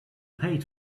paid